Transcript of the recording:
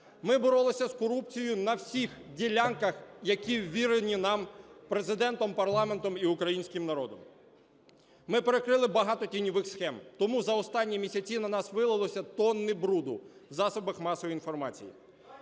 Ми боролися з корупцією на всіх ділянках, які ввірені нам Президентом, парламентом і українським народом. Ми перекрили багато тіньових схем, тому за останні місяці на нас вилилися тонни бруду в засобах масової інформації.